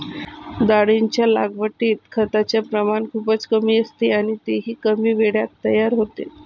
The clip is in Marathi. डाळींच्या लागवडीत खताचे प्रमाण खूपच कमी असते आणि तेही कमी वेळात तयार होते